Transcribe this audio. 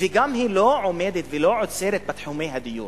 לא עומדת ולא עוצרת בתחומי הדיור.